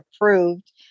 approved